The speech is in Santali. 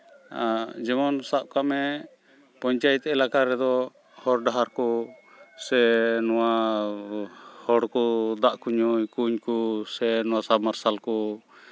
ᱡᱮᱢᱚᱱ ᱥᱟᱵ ᱠᱟᱜ ᱢᱮ ᱯᱚᱧᱪᱟᱭᱮᱛ ᱮᱞᱟᱠᱟ ᱨᱮᱫᱚ ᱦᱚᱨ ᱰᱟᱦᱟᱨ ᱠᱚ ᱥᱮ ᱱᱚᱣᱟ ᱦᱚᱲ ᱠᱚ ᱫᱟᱜ ᱠᱚ ᱧᱩᱭ ᱠᱩᱧ ᱠᱚ ᱥᱮ ᱥᱟᱵ ᱢᱟᱨᱥᱟᱞ ᱠᱚ